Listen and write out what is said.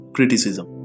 Criticism